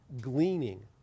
gleaning